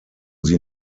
sie